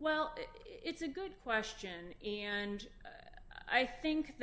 well it's a good question and i think